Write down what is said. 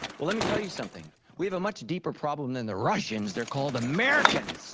well, let me tell you something, we have a much deeper problem than the russians, they're called americans